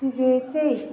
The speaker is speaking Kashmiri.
یہِ گٔے ژےٚ